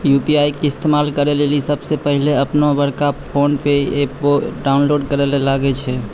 UPI के इस्तेमाल करै लेली सबसे पहिलै अपनोबड़का फोनमे इकरो ऐप डाउनलोड करैल लागै छै